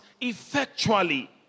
Effectually